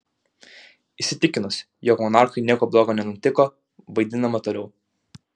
įsitikinus jog monarchui nieko bloga nenutiko vaidinama toliau